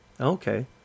Okay